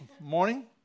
morning